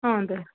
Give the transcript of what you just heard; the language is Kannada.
ಹ್ಞೂ ರೀ